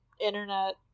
internet